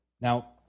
Now